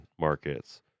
markets